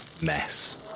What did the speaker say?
mess